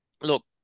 look